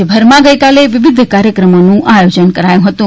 રાજ્યભરમાં ગઇકાલે વિવિધ કાર્યક્રમોનું આયોજન કરાયુ હતુ